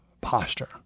posture